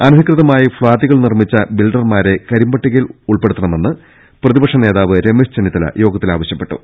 അനധികൃതമായി ഫ്ളാറ്റുകൾ നിർമിച്ച ബിൽഡർമാരെ കരിമ്പട്ടികയിൽ പെടുത്തണമെന്ന് പ്രതി പക്ഷ നേതാവ് രമേശ് ചെന്നിത്തല യോഗത്തിൽ ആവശ്യപ്പെട്ടു